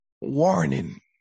Warning